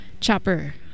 Chopper